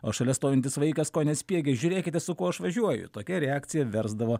o šalia stovintis vaikas kone spiegė žiūrėkite su kuo aš važiuoju tokia reakcija versdavo